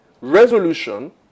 Resolution